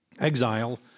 Exile